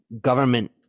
government